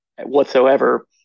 whatsoever